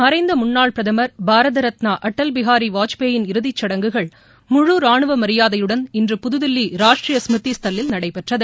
மறைந்த முன்னாள் பிரதமர் பாரத ரத்னா அடல் பிகாரி வாஜ்பாயின் இறுதிச்சடங்குகள் முழு ராணுவ மரியாதையுடன் இன்று புதுதில்லி ராஷ்ட்ரிய ஸ்மிருதி ஸ்தல்லில் நடைபெற்றது